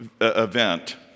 event